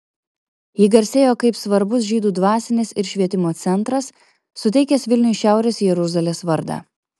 ji garsėjo kaip svarbus žydų dvasinis ir švietimo centras suteikęs vilniui šiaurės jeruzalės vardą